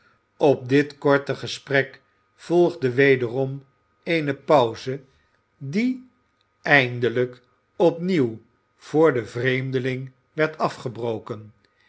op dit korle gesprek volgde wederom eene pauze die eindelijk opnieuw voor den vreemdeling werd afgebroken